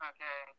Okay